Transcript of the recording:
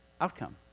outcome